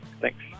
Thanks